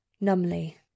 Numbly